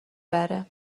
بره